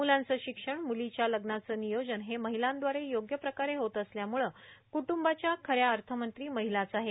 मूलाचं शिक्षणए मूलीच्या लग्नाचं नियोजन हे महिलांदवारे योग्य प्रकारे होत असल्यामुळे क्ट्ंबाच्या ख या अर्थमंत्री महिलाच आहे